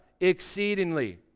Exceedingly